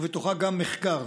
ובתוכה גם מחקר